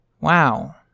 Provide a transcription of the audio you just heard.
Wow